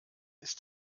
ist